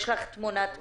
יש לך תמונת מצב?